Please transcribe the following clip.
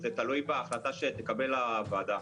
אין לי מושג, זה תלוי בהחלטה שתקבל הוועדה.